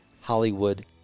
Hollywood